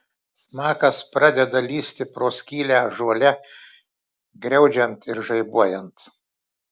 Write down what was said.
smakas pradeda lįsti pro skylę ąžuole griaudžiant ir žaibuojant